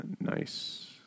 Nice